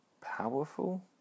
powerful